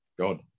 god